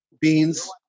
beans